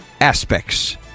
aspects